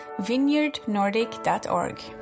vineyardnordic.org